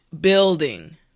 BUILDING